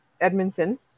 Edmondson